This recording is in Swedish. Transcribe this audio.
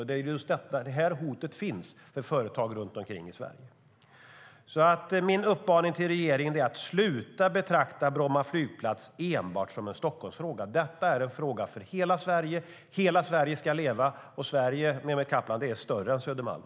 Detta är ett hot mot företagen runt om i Sverige. Min uppmaning till regeringen är att sluta betrakta Bromma flygplats som enbart en Stockholmsfråga. Det är en fråga för hela Sverige. Hela Sverige ska leva - och Sverige, Mehmet Kaplan, är större än Södermalm.